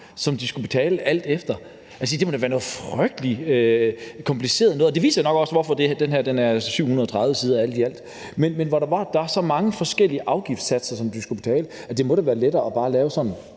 afgiftssatser der faktisk er. Det må da være noget frygtelig kompliceret noget. Det viser nok også, hvorfor det her alt i alt er på 730 sider. Men der er så mange forskellige afgiftssatser, man skal betale. Det må det være lettere at lave to